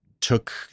took